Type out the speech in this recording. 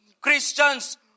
Christians